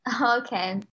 okay